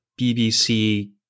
bbc